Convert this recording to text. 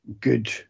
good